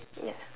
ya